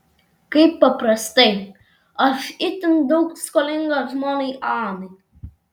kaip paprastai aš itin daug skolingas žmonai anai